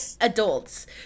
adults